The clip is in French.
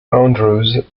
andrews